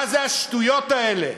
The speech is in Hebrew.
מה זה השטויות האלה?